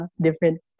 different